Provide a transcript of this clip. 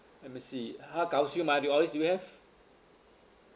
let me see har gow siew mai all these you have